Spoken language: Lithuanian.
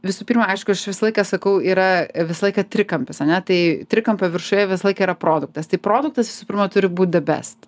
visų pirma aišku aš visą laiką sakau yra visą laiką trikampis ane tai trikampio viršuje visą laiką yra produktas tai produktas visų pirma turi būt de best